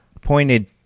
pointed